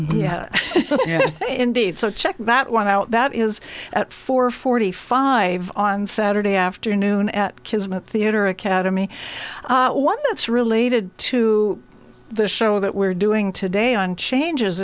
indeed so check that one out that is at four forty five on saturday afternoon at kismet theater academy that's related to the show that we're doing today on changes